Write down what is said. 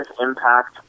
impact